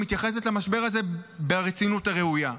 שמתייחסת למשבר הזה ברצינות הראויה.